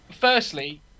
firstly